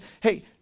hey